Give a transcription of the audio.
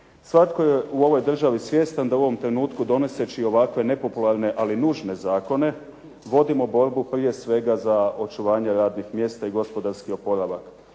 Svatko je u ovoj državni svjestan da u ovom trenutku donoseći ovakve nepopularne, ali nužne zakone, vodimo borbu prije svega za očuvanje radnih mjesta i gospodarski oporavak.